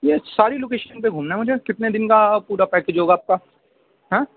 یہ ساری لوکیشن پہ گُھومنا مجھے کتنے دِن کا پورا پیکج ہو گا آپ کا ہاں